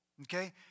okay